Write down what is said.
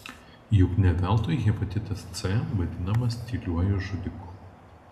juk ne veltui hepatitas c vadinamas tyliuoju žudiku